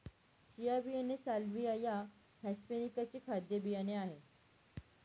chia बियाणे Salvia या hispanica चे खाद्य बियाणे आहे